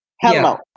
Hello